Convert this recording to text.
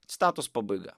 citatos pabaigą